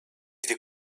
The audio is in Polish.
dwie